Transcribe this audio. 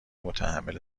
متحمل